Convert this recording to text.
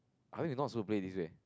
I think we're not supposed to play this leh